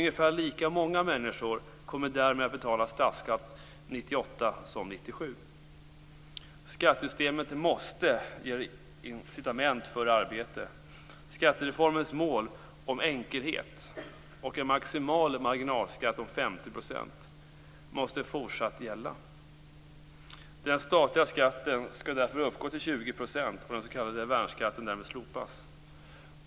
Ungefär lika många människor kommer därmed att betala statsskatt 1998 som 1997. Skattesystemet måste ge incitament för arbete. Skattereformens mål om enkelhet och en maximal marginalskatt om 50 % måste fortsatt gälla. Den statliga skatten skall därför uppgå till 20 % och den s.k. värnskatten därmed slopas.